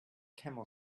camel